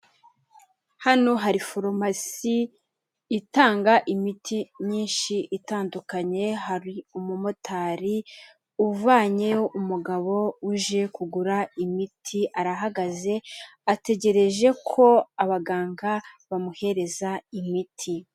Hano hari Forumasi, itanga imiti myinshi itandukanye, hari umumotari uvanyeho umugabo uje kugura imiti, arahagaze, ategereje ko abaganga bamuhereza imiti.